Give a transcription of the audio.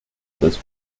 this